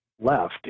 left